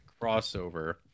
crossover